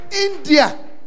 India